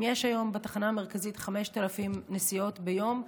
אם יש היום בתחנה המרכזית 5,000 נסיעות ביום,